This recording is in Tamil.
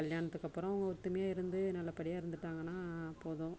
கல்யாணத்துக்கு அப்புறம் ஒத்துமையாக இருந்து நல்லபடியாக இருந்துவிட்டாங்கன்னா போதும்